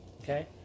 okay